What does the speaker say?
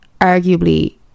arguably